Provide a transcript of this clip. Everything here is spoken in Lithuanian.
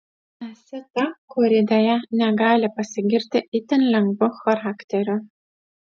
esi ta kuri deja negali pasigirti itin lengvu charakteriu